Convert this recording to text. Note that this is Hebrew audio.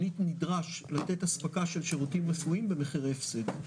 אני נדרש לתת אספקה של שירותים רפואיים במחירי הפסד.